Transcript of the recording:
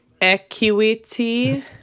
Equity